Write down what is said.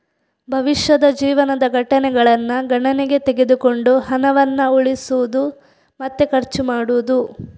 ಭವಿಷ್ಯದ ಜೀವನದ ಘಟನೆಗಳನ್ನ ಗಣನೆಗೆ ತೆಗೆದುಕೊಂಡು ಹಣವನ್ನ ಉಳಿಸುದು ಮತ್ತೆ ಖರ್ಚು ಮಾಡುದು